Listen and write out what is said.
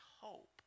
hope